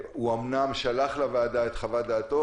אמנם הוא שלח לוועדת את חוות דעתו,